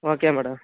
okay madam